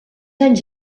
anys